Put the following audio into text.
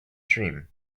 dream